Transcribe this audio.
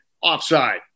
Offside